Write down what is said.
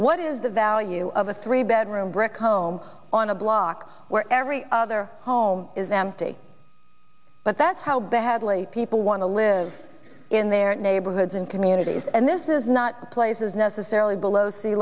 what is the value you of a three bedroom brick home on a block where every other home is empty but that's how badly people want to live in their neighborhoods and communities and this is not places necessarily below sea